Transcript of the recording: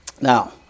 Now